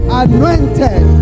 anointed